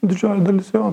didžioji dalis jo